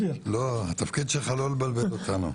7 מיליון שקל שאני מקצה לתכנון תשתיות,